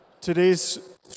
Today's